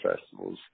festivals